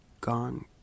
gone